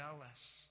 jealous